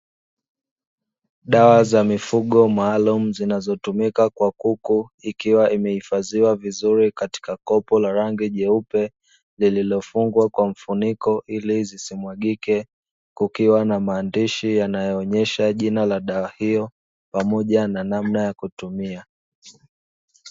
Dawa za mifugo maalumu zinazotumika kwa kuku ikiwa imehifadhiwa vizuri katika kopo la rangi jeupe lililofungwa kwa mfuniko, ili zisimwagike kukiwa na maandishi yanayoonyesha jina la dawa hiyo pamoja na namna ya kutumia.